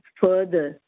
further